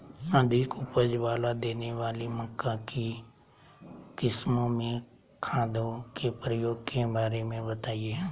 अधिक उपज मात्रा देने वाली मक्का की किस्मों में खादों के प्रयोग के बारे में बताएं?